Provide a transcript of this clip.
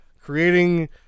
creating